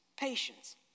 patience